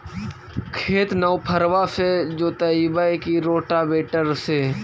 खेत नौफरबा से जोतइबै की रोटावेटर से?